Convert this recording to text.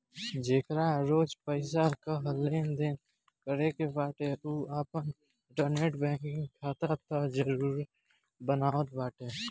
जेकरा रोज पईसा कअ लेनदेन करे के बाटे उ आपन इंटरनेट बैंकिंग खाता तअ जरुर बनावत बाटे